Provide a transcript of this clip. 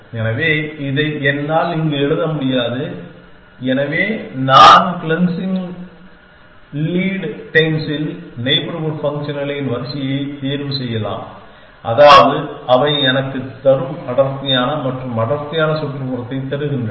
எனவே இதை என்னால் இங்கு எழுத முடியாது எனவே நான் க்ளன்சிங் லீட் டென்ஸ் ல் நெய்பர்ஹூட் ஃபங்க்ஷன்களின் வரிசையை தேர்வு செய்யலாம் அதாவது அவை எனக்கு அடர்த்தியான மற்றும் அடர்த்தியான சுற்றுப்புறத்தை தருகின்றன